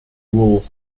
rule